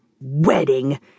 wedding